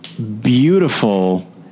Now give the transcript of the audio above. beautiful